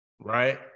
right